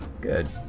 Good